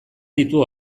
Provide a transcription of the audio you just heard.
ditu